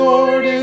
Lord